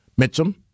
Mitchum